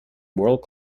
world